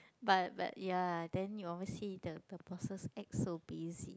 but but ya then you always see the the bosses act so busy